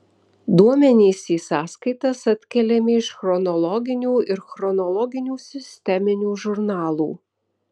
duomenys į sąskaitas atkeliami iš chronologinių ir chronologinių sisteminių žurnalų